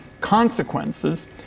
consequences